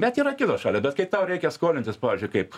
bet yra kitos šalia bet kai tau reikia skolintis pavyzdžiui kaip